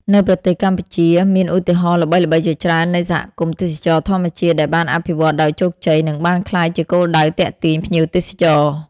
នៅប្រទេសកម្ពុជា មានឧទាហរណ៍ល្បីៗជាច្រើននៃសហគមន៍ទេសចរណ៍ធម្មជាតិដែលបានអភិវឌ្ឍន៍ដោយជោគជ័យ និងបានក្លាយជាគោលដៅទាក់ទាញភ្ញៀវទេសចរ។